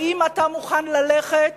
האם אתה מוכן ללכת